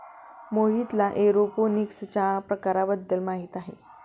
मोहितला एरोपोनिक्सच्या प्रकारांबद्दल माहिती आहे